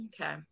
Okay